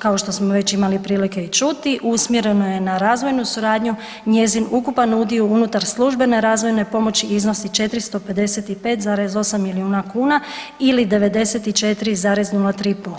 kao što smo već imali prilike i čuti usmjereno je na razvojnu suradnju, njezin ukupan udio unutar službene razvojne pomoći iznosi 455,8 milijuna kuna ili 94,03%